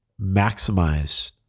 maximize